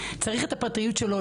צריך את הפרטיות שלו.